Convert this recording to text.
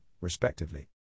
respectively